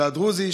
והדרוזי,